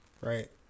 right